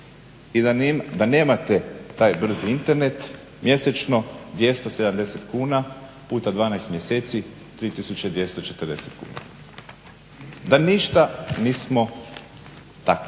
i da nemate taj brzi internet mjesečno 270 kuna puta 12 mjeseci 3240 kuna. Da ništa nismo takli.